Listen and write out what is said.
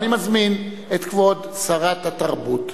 ואני מזמין את כבוד שרת התרבות,